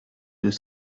deux